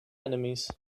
enemies